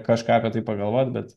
kažką apie tai pagalvoti bet